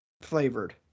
flavored